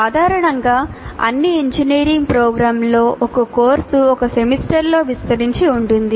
సాధారణంగా అన్ని ఇంజనీరింగ్ ప్రోగ్రామ్లలో ఒక కోర్సు ఒక సెమిస్టర్లో విస్తరించి ఉంటుంది